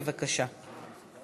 בבקשה.